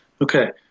Okay